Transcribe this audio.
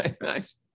Nice